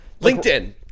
LinkedIn